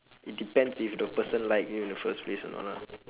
it depends if the person like you in the first place or not lah